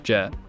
Jet